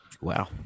Wow